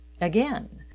Again